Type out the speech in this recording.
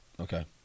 Okay